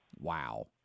Wow